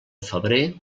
febrer